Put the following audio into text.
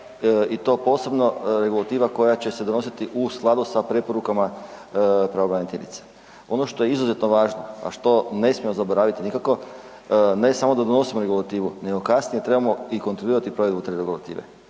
i to posebno regulativa koja će se donositi u skladu sa preporukama pravobraniteljice. Ono što je izuzetno važno, a što ne smijemo zaboraviti nikako, ne da donosimo regulativu nego kasnije trebamo i kontrolirati provjeru te regulative.